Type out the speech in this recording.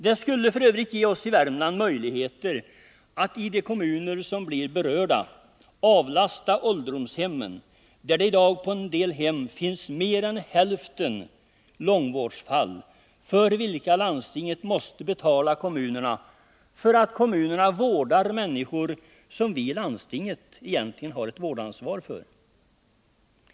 Det skulle dessutom ge oss i Värmland möjligheter att i de kommuner som blir berörda avlasta ålderdomshemmen. På en del hem utgör i dag mer än hälften av patienterna långvårdsfall. Det betyder att landstinget måste betala kommunerna för att de vårdar människor som landstinget egentligen har ett vårdansvar för.